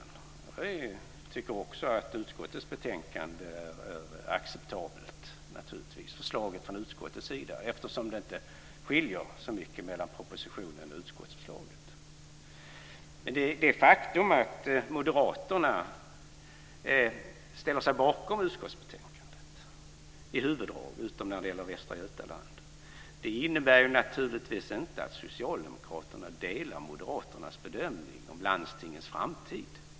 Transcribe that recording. Jag tycker naturligtvis också att utskottets förslag i betänkandet är acceptabelt, eftersom det inte skiljer så mycket mellan propositionen och utskottsförslaget. Det faktum att moderaterna i huvuddrag ställer sig bakom utskottsbetänkandet, utom när det gäller Västra Götaland, innebär naturligtvis inte att socialdemokraterna delar moderaternas bedömning om landstingens framtid.